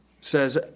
says